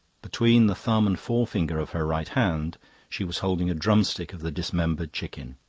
between the thumb and forefinger of her right hand she was holding a drumstick of the dismembered chicken